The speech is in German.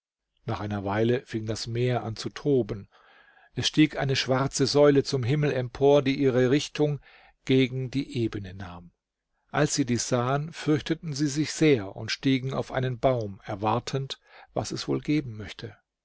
nach einer weile fing das meer an zu toben es stieg eine schwarze säule zum himmel empor die ihre richtung gegen die ebene nahm als sie dies sahen fürchteten sie sich sehr und stiegen auf einen baum erwartend was es wohl geben möchte